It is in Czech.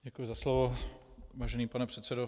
Děkuji za slovo, vážený pane předsedo.